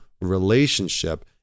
relationship